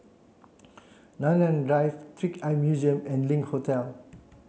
Nanyang Drive Trick Eye Museum and Link Hotel